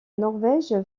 norvège